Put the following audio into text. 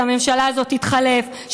שהממשלה הזאת תתחלף,